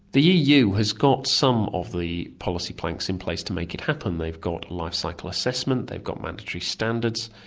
the eu has got some of the policy planks in place to make it happen they've got lifecycle assessment, they've got mandatory standards,